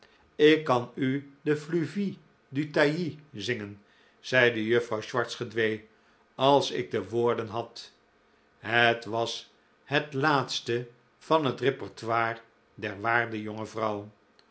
ik kan de fluvy du tajy zingen zeide juffrouw swartz gedwee als ik de woorden had het was het laatste van het repertoire der waarde jonge vrouw